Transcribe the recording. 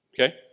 Okay